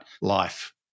Life